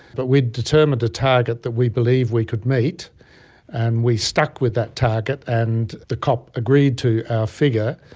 but we had determined a target that we believe we could meet and we stuck with that target, and the cop agreed to our figure.